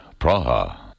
Praha